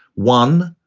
one,